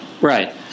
Right